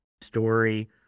Story